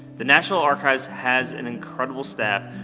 the national archives has an incredible staff,